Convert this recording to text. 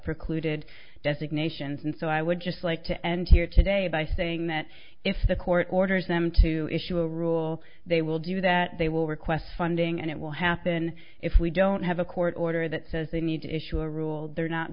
precluded designations and so i would just like to end here today by saying that if the court orders them to issue a rule they will do that they will request funding and it will happen if we don't have a court order that says they need to issue a rule they're not